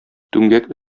түмгәк